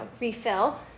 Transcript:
refill